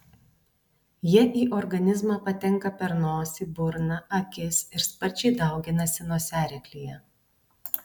jie į organizmą patenka per nosį burną akis ir sparčiai dauginasi nosiaryklėje